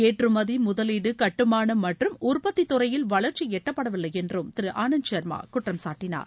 ஏற்றுமதி முதலீடு கட்டுமானம் மற்றும் உற்பத்தி துறையில் வளர்ச்சி எட்டப்படவில்லை என்றும் திரு ஆனந்த் சர்மா குற்றம் சாட்டினார்